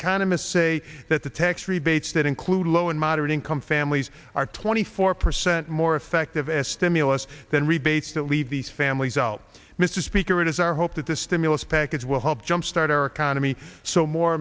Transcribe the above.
economists say that the tax rebates that include low and moderate income families are twenty four percent more effective as stimulus than rebates that leave these families out mr speaker it is our hope that this stimulus package will help jumpstart our economy so more